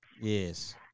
Yes